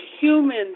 human